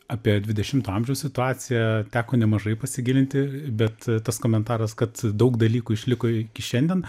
apie dvidešimto amžiaus situaciją teko nemažai pasigilinti bet tas komentaras kad daug dalykų išliko iki šiandien